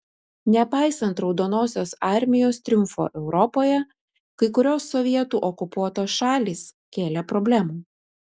nepaisant raudonosios armijos triumfo europoje kai kurios sovietų okupuotos šalys kėlė problemų